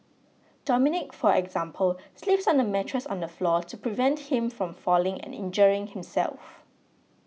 Dominic for example sleeps on a mattress on the floor to prevent him from falling and injuring himself